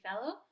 Fellow